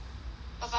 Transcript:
papa say he will cook